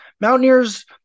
Mountaineers